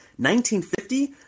1950